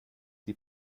die